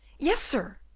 yes, sir,